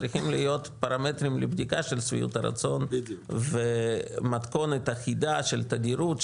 צריכים להיות פרמטרים לבדיקה של שביעות הרצון ומתכונת אחידה של תדירות,